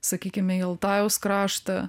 sakykime į altajaus kraštą